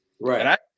Right